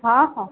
ହଁ ହଁ